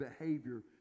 behavior